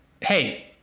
hey